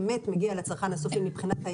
אני מבקש מכולם לא להפריע לשר ולמנכ"לית לתת את